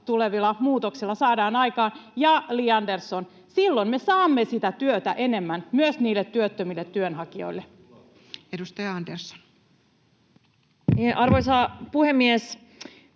tulevilla muutoksilla saadaan aikaan. Ja, Li Andersson, silloin me saamme sitä työtä enemmän myös niille työttömille työnhakijoille. [Speech 89] Speaker: Toinen varapuhemies